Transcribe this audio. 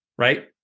Right